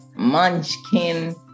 munchkin